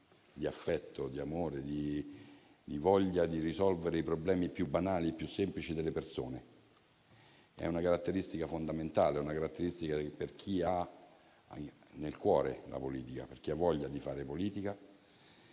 di affetto, di amore, di voglia di risolvere i problemi più banali e più semplici delle persone. È una caratteristica fondamentale per chi ha nel cuore la politica e per chi ha voglia di fare politica.